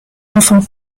enfants